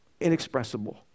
inexpressible